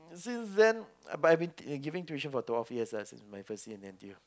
since then but I've been giving tuition for twelve years lah since my first year in N_T_U